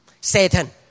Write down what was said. Satan